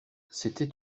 c’était